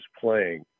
playing